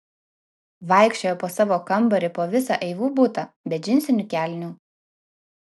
vaikščiojo po savo kambarį po visą eivų butą be džinsinių kelnių